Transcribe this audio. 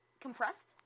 compressed